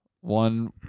One